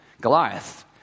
Goliath